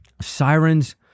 Sirens